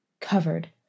covered